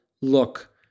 look